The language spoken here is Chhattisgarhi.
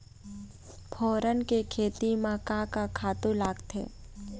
फोरन के खेती म का का खातू लागथे?